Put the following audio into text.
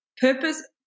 purpose